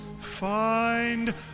find